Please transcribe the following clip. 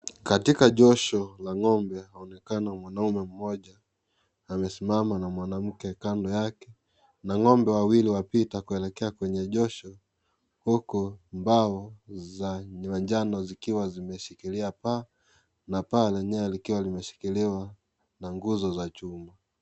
Katika josho la ng'ombe laonekana mwanaume mmoja amesimama na mwanamke kando yake, na ng'ombe wawili wapita kuelekea kwenye josho huku mbao za manjano zikiwa zimeshikilia paa, na paa lenyewe likiwa limeshikiliwa na nguzo za chuma.